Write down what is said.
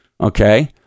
okay